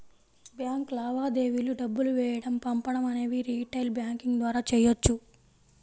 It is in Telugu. బ్యాంక్ లావాదేవీలు డబ్బులు వేయడం పంపడం అనేవి రిటైల్ బ్యాంకింగ్ ద్వారా చెయ్యొచ్చు